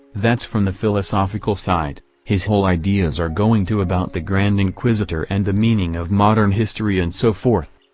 that's from the philosophical side, his whole ideas are going to about the grand inquisitor and the meaning of modern history and so forth.